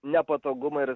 nepatogumą ir